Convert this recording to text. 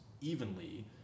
evenly